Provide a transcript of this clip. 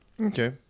Okay